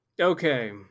Okay